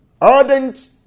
ardent